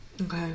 Okay